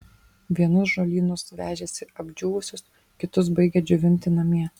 vienus žolynus vežėsi apdžiūvusius kitus baigė džiovinti namie